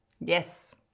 Yes